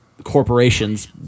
corporations